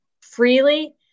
freely